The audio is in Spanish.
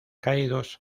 caídos